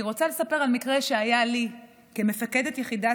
אני רוצה לספר על מקרה שהיה לי כמפקדת יחידת